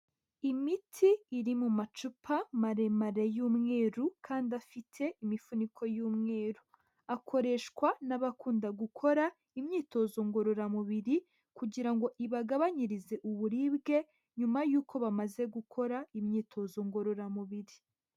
Imiti iri mu macupa maremare y'umweru kandi afite imifuniko y'umweru, akoreshwa n'abakunda gukora imyitozo ngororamubiri, kugira ngo ibagabanyirize uburibwe nyuma y'uko bamaze gukora imyitozo ngororamubiri.